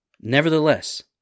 Nevertheless